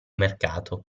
mercato